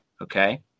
okay